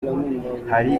hari